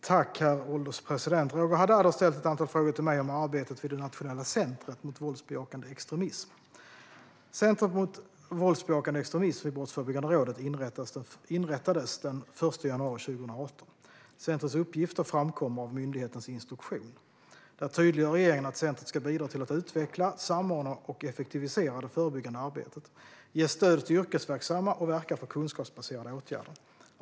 Herr ålderspresident! Roger Haddad har ställt ett antal frågor till mig om arbetet vid det nationella centret mot våldsbejakande extremism. Centret mot våldsbejakande extremism vid Brottsförebyggande rådet inrättades den 1 januari 2018. Centrets uppgifter framkommer av myndighetens instruktion. Där tydliggör regeringen att centret ska bidra till att utveckla, samordna och effektivisera det förebyggande arbetet, ge stöd till yrkesverksamma och verka för kunskapsbaserade åtgärder.